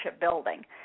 building